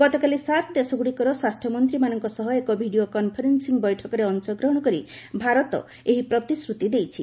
ଗତକାଲି ସାର୍କ ଦେଶଗୁଡ଼ିକର ସ୍ୱାସ୍ଥ୍ୟମନ୍ତ୍ରୀମାନଙ୍କ ସହ ଏକ ଭିଡ଼ିଓ କନ୍ଫରେନ୍ସିଂ ବୈଠକରେ ଅଂଶଗ୍ରହଣ କରି ଭାରତ ଏହି ପ୍ରତିଶ୍ରତି ଦେଇଛି